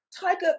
tiger